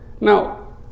Now